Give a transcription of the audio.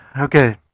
okay